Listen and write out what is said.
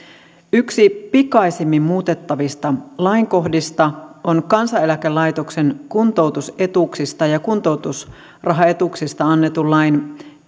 yksi pikaisimmin muutettavista lainkohdista on kansaneläkelaitoksen kuntoutusetuuksista ja kuntoutusrahaetuuksista annetun lain